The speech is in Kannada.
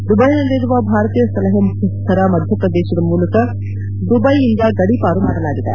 ದುಬೈಯಲ್ಲಿರುವ ಭಾರತೀಯ ಸಲಹಾ ಮುಖ್ಯಸ್ಥರ ಮಧ್ಯಪ್ರವೇಶದ ಮೂಲಕ ದುಬೈಯಿಂದ ಗಡಿಪಾರು ಮಾಡಲಾಗಿದೆ